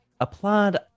applaud